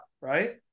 right